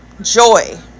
Joy